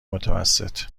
متوسط